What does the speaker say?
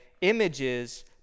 Images